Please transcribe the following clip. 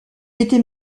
était